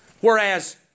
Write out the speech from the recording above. Whereas